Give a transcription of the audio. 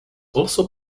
also